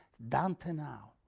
dante now